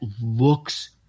looks